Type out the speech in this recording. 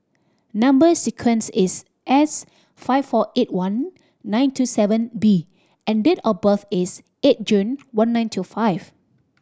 number sequence is S five four eight one nine two seven B and date of birth is eight June one nine two five